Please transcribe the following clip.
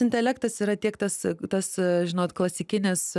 intelektas yra tiek tas tas žinot klasikinis